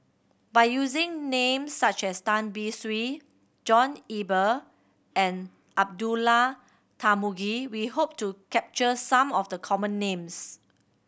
by using names such as Tan Beng Swee John Eber and Abdullah Tarmugi we hope to capture some of the common names